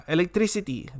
Electricity